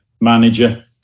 manager